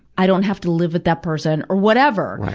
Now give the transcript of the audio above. i don't have to live with that person, or whatever.